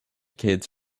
kids